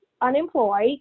unemployed